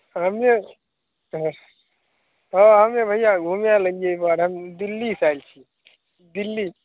हम्मे हँ हँ हम्मे भैया घुमय लागी एक बार हम दिल्लीसँ आयल छी दिल्लीसँ